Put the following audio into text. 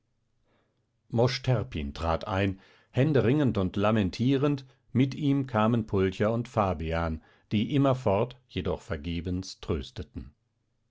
mosch terpin trat ein händeringend und lamentierend mit ihm kamen pulcher und fabian die immerfort jedoch vergebens trösteten